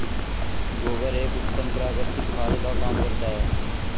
गोबर एक उत्तम प्राकृतिक खाद का काम करता है